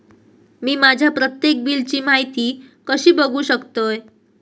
मी माझ्या प्रत्येक बिलची माहिती कशी बघू शकतय?